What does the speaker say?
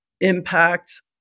impact